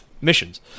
missions